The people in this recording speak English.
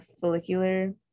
follicular